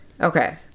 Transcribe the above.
okay